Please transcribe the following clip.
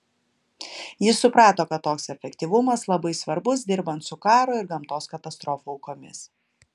jis suprato kad toks efektyvumas labai svarbus dirbant su karo ir gamtos katastrofų aukomis